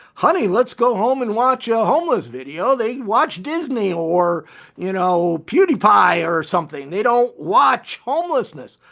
honey, let's go home and watch a ah homeless video. they watch disney or you know, pewdiepie or something. they don't watch homelessness.